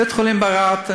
בית-חולים ברהט,